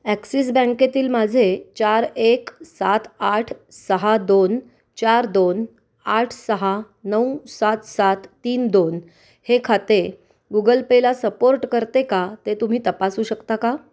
axis बँकेतील माझे चार एक सात आठ सहा दोन चार दोन आठ सहा नऊ सात सात तीन दोन हे खाते गुगल पेला सपोर्ट करते का ते तुम्ही तपासू शकता का